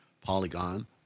Polygon